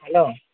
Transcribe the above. hello